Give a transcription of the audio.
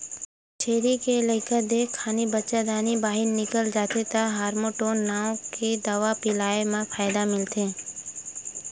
छेरी के लइका देय खानी बच्चादानी बाहिर निकल जाथे त हारमोटोन नांव के दवा पिलाए म फायदा मिलथे